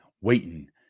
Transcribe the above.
waiting